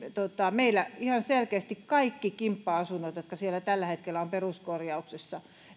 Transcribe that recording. ihan selkeästi on suunnitteilla että kaikki kimppa asunnot jotka siellä tällä hetkellä ovat peruskorjauksessa